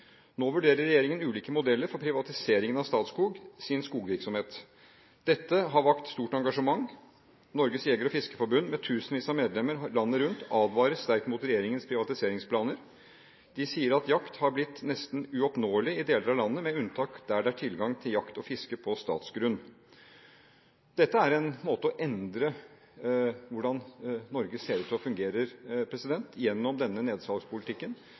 Nå vurderer regjeringen ulike modeller for privatisering av Statskogs virksomhet. Dette har vakt stort engasjement. Norges Jeger- og Fiskerforbund, med tusenvis av medlemmer landet rundt, advarer sterkt mot regjeringens privatiseringsplaner. De sier at jakt har blitt nesten uoppnåelig i deler av landet, med unntak av steder der det er tilgang til jakt og fiske på statsgrunn. Denne nedsalgspolitikken er en måte å endre hvordan Norge ser ut og fungerer.